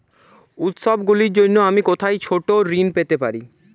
উত্সবগুলির জন্য আমি কোথায় ছোট ঋণ পেতে পারি?